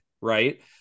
Right